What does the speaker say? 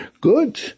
good